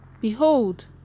Behold